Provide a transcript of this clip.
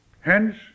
Hence